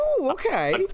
Okay